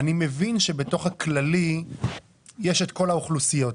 אני מבין שבתוך הכללי יש כל האוכלוסיות,